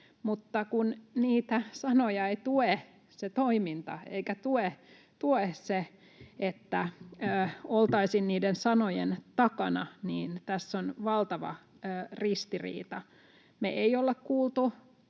mutta kun niitä sanoja ei tue se toiminta eikä tue se, että oltaisiin niiden sanojen takana, niin tässä on valtava ristiriita. Me ei olla kuultu...